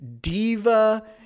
diva